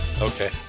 Okay